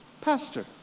Pastor